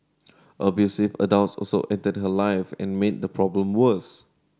abusive adults also entered her life and made the problem worse